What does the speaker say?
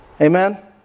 Amen